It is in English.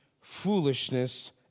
foolishness